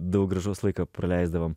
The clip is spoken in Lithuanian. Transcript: daug gražaus laiko praleisdavom